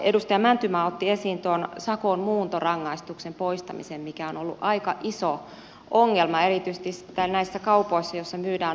edustaja mäntymaa otti esiin tuon sakon muuntorangaistuksen poistamisen mikä on ollut aika iso ongelma erityisesti näissä kaupoissa joissa myydään alkoholijuomia ja tupakkaa